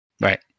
Right